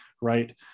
right